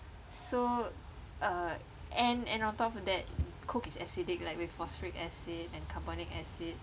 so uh and and on top of that coke is acidic like with phosphoric acid and carbonic acid